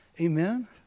Amen